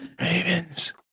Ravens